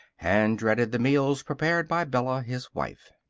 and dreaded the meals prepared by bella, his wife.